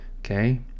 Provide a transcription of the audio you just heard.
Okay